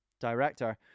director